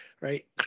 right